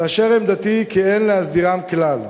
ועמדתי היא כי אין להסדירם כלל.